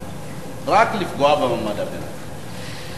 רק לפגוע במעמד הביניים.